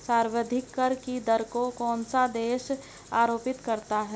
सर्वाधिक कर की दर कौन सा देश आरोपित करता है?